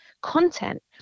content